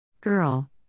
Girl